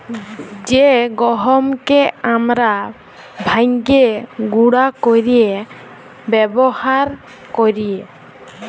জ্যে গহমকে আমরা ভাইঙ্গে গুঁড়া কইরে ব্যাবহার কৈরি